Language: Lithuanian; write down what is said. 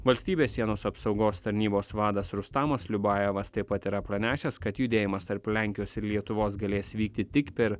valstybės sienos apsaugos tarnybos vadas rustamas liubajevas taip pat yra pranešęs kad judėjimas tarp lenkijos ir lietuvos galės vykti tik per